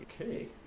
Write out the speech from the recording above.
Okay